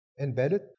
embedded